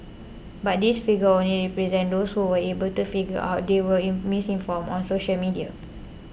but this figure only represents those who were able to figure out they were in misinformed on social media